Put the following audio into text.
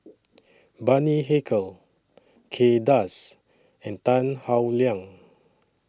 Bani Haykal Kay Das and Tan Howe Liang